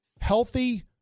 healthy